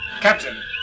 Captain